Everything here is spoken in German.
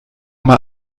mal